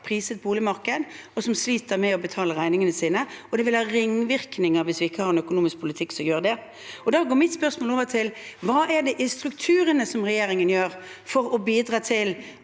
priset boligmarked, og som sliter med å betale regningene sine. Det vil ha ringvirkninger hvis vi ikke har en økonomisk politikk som bidrar til det. Da går mitt spørsmål over til følgende: Hva er det i strukturene som regjeringen kan bidra til,